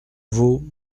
veau